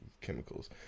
chemicals